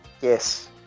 Yes